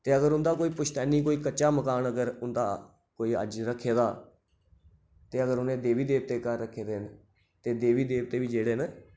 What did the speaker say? ते अगर उं'दा कोई पुश्तैनी कोई मकान कच्चा अगर उं'दा अज्ज रक्खे दा ते अगर उ'नें कोई देवी देवते घर रक्खे दे न ते देवी देवते बी जेह्ड़े न